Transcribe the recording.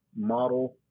model